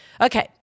Okay